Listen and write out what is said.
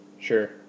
Sure